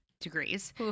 degrees